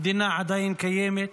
המדינה עדיין קיימת,